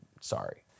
Sorry